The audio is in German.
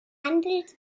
handelt